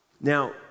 Now